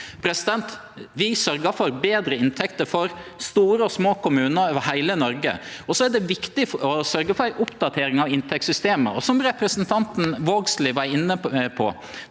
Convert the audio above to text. år. Vi sørgjer for betre inntekter for store og små kommunar over heile Noreg, og det er viktig å sørgje for ei oppdatering av inntektssystemet. Som representanten Vågslid var inne på,